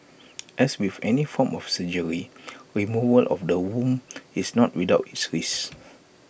as with any form of surgery removal of the womb is not without its risks